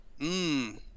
Mmm